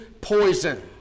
poison